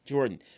Jordan